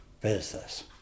business